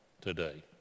today